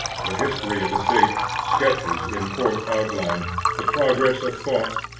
the history of the state sketches in coarse outline the progress of thought,